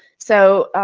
so,